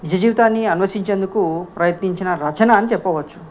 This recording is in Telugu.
నిజజీవితాన్ని అనుసరించేందుకు ప్రయత్నించిన రచన అని చెప్పవచ్చు